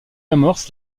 amorce